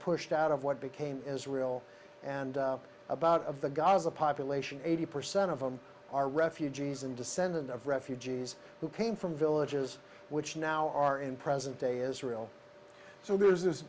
pushed out of what became israel and about of the gaza population eighty percent of them are refugees and descendant of refugees who came from villages which now are in present day israel so there is this